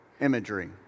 imagery